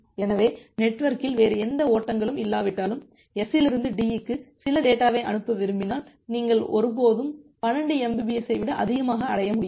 எனவே நெட்வொர்க்கில் வேறு எந்த ஓட்டங்களும் இல்லாவிட்டாலும் S இலிருந்து D க்கு சில டேட்டாவை அனுப்ப விரும்பினால் நீங்கள் ஒருபோதும் 12 mbps ஐ விட அதிகமாக அடைய முடியாது